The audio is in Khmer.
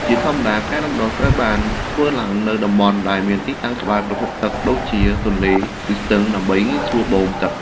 ជាធម្មតា ការដាំដុះត្រូវបានធ្វើឡើងនៅតំបន់ដែលមានទីតាំងនៅក្បែរប្រភពទឹកដូចជា ទន្លេ ឬស្ទឹង ដើម្បីងាយស្រួលបូមទឹក។